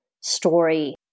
story